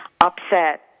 upset